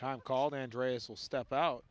times called andres will step out